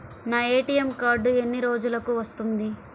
నా ATM card ఎన్ని రోజులకు వస్తుంది?